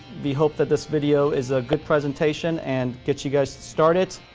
we hope that this video is a good presentation and get you guys started.